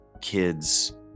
kids